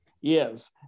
Yes